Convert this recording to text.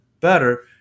better